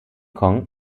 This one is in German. kong